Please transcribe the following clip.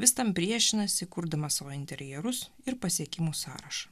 jis tam priešinasi kurdamas savo interjerus ir pasiekimų sąrašą